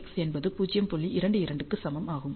22 க்கு சமம் ஆகும்